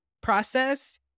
process